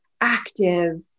active